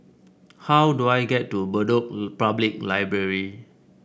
how do I get to Bedok Public Library